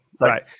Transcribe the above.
right